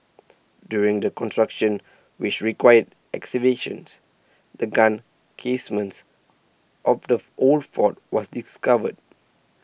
during the construction which required excavations the gun casements of the old fort was discovered